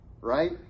right